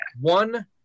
one